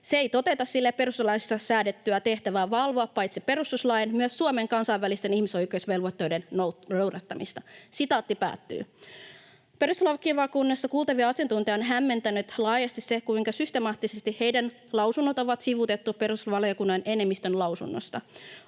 se ei toteuta sille perustuslaissa säädettyä tehtävää valvoa paitsi perustuslain myös Suomen kansainvälisten ihmisoikeusvelvoitteiden noudattamista.” Perustuslakivaliokunnassa kuultavia asiantuntijoita on hämmentänyt laajasti se, kuinka systemaattisesti heidän lausuntonsa on sivuutettu perustusvaliokunnan enemmistön lausunnosta.